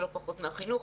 לא פחות מהחינוך,